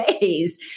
days